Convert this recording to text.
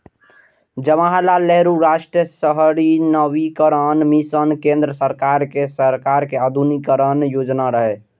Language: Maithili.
जवाहरलाल नेहरू राष्ट्रीय शहरी नवीकरण मिशन केंद्र सरकार के शहर आधुनिकीकरण योजना रहै